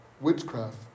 witchcraft